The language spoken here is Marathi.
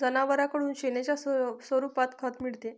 जनावरांकडून शेणाच्या स्वरूपात खत मिळते